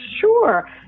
sure